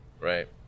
Right